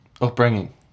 upbringing